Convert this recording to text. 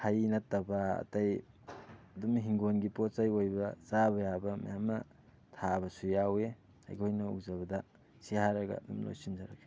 ꯍꯩ ꯅꯠꯇꯕ ꯑꯇꯩ ꯑꯗꯨꯝ ꯍꯤꯡꯒꯣꯟꯒꯤ ꯄꯣꯠꯆꯩ ꯑꯣꯏꯕ ꯆꯥꯕ ꯌꯥꯕ ꯃꯌꯥꯝꯃ ꯊꯥꯕꯁꯨ ꯌꯥꯎꯋꯤ ꯑꯩꯈꯣꯏꯅ ꯎꯖꯕꯗ ꯁꯤ ꯍꯥꯏꯔꯒ ꯑꯗꯨꯝ ꯂꯣꯏꯁꯟꯖꯔꯒꯦ